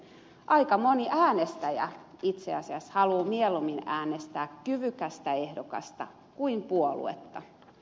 aika moni äänestäjä itse asiassa haluaa mieluummin äänestää kyvykästä ehdokasta kuin puoluetta